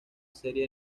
serie